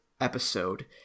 episode